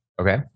Okay